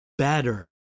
Better